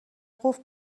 قفل